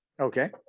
Okay